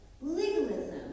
legalism